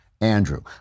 Andrew